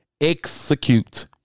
execute